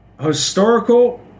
historical